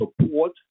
support